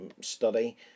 study